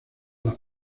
las